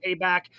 Payback